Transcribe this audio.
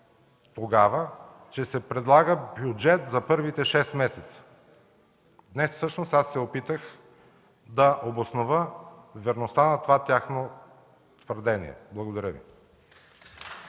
твърдяха, че се предлага бюджет за първите шест месеца. Днес всъщност аз се опитах да обоснова верността на това тяхно твърдение. Благодаря Ви.